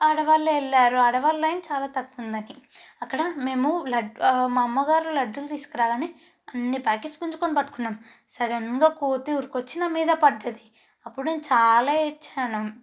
ఆడవాళ్ళే వెళ్ళారు ఆడవాళ్ళ లైన్ చాలా తక్కువ ఉన్నాది అక్కడ మేము లా మా అమ్మగారు లడ్డూలు తీసుకుని రాగానే అన్ని పాకెట్స్ గుంజుకుని పట్టుకున్నాం సడన్గా కోతి ఉరికి వచ్చి నా మీద పడింది అప్పుడు నేను చాలా ఏడ్చాను